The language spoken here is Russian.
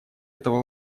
этого